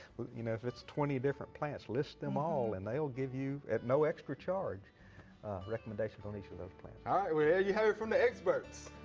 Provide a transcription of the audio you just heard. you know, if it's twenty different plants, list them all and they'll give you at no extra charge recommendations on each of those plants. alright, well there you have it from the experts.